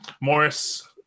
Morris